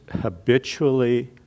habitually